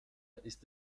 ist